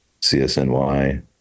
CSNY